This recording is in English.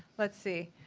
let's see.